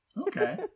Okay